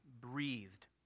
breathed